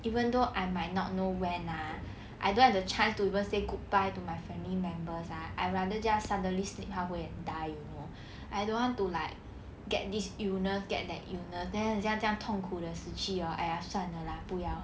even though I might not know when ah I don't have the chance to even say goodbye to my family members ah I'd rather just suddenly sleep halfway and die you know I don't want to like get this illness get that illness then 很像这样痛苦的死去 ah 算了 lah 不要